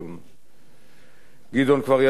גדעון כבר ידע שאת הקרב הזה הפסיד,